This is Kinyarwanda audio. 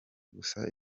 gusa